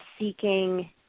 seeking